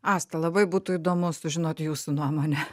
asta labai būtų įdomu sužinot jūsų nuomonę